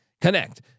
connect